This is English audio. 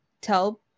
tell